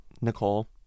Nicole